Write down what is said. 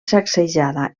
sacsejada